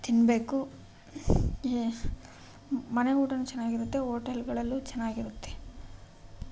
ತಿನ್ಬೇಕು ಮನೆ ಊಟಾನೂ ಚೆನ್ನಾಗಿರುತ್ತೆ ಹೋಟೆಲ್ಗಳಲ್ಲೂ ಚೆನ್ನಾಗಿರುತ್ತೆ